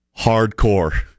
hardcore